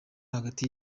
hagati